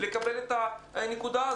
אני מתכבד לפתוח את הישיבה האחרונה